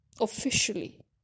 Officially